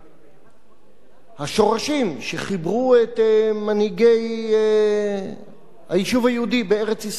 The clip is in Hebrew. השורשים שחיברו את מנהיגי היישוב היהודי בארץ-ישראל בעבר לעם היהודי,